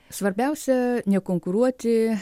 svarbiausia nekonkuruoti